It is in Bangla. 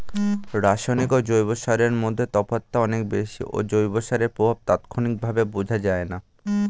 রাসায়নিক ও জৈব সারের মধ্যে তফাৎটা অনেক বেশি ও জৈব সারের প্রভাব তাৎক্ষণিকভাবে বোঝা যায়না